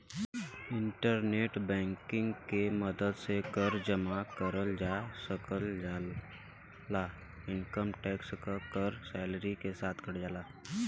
internet banking के मदद से कर जमा करल जा सकल जाला इनकम टैक्स क कर सैलरी के साथ कट जाला